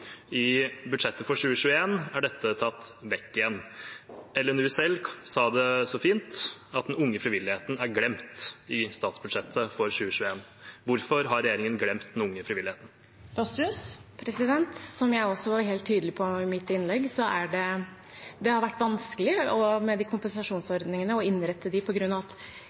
I budsjettet for 2021 er dette tatt vekk igjen. LNU selv sa det så fint, at den unge frivilligheten er glemt i statsbudsjettet for 2021. Hvorfor har regjeringen glemt den unge frivilligheten? Som jeg også var helt tydelig på i mitt innlegg, har det på grunn av at hele kulturlivet er så fragmentert og mangfoldig, vært vanskelig å innrette kompensasjonsordningene